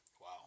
Wow